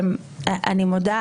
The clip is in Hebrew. אני מודה,